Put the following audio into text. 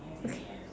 okay